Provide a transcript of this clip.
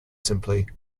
simply